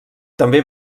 també